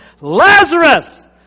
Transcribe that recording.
Lazarus